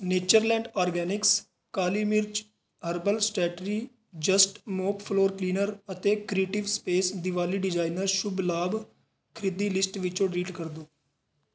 Natureland Organics ਕਾਲੀ ਮਿਰਚ herbal strategy just mop floor cleaner ਅਤੇ creative space Diwali designer Shubh Labh ਖਰੀਦੀ ਲਿਸਟ ਵਿੱਚੋ ਡਿਲੀਟ ਕਰ ਦੋ